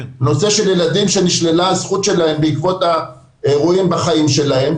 בנושא של ילדים שנשללה הזכות שלהם בעקבות האירועים בחיים שלהם.